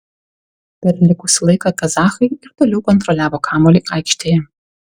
per likusį laiką kazachai ir toliau kontroliavo kamuolį aikštėje